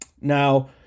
Now